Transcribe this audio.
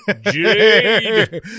jade